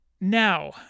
Now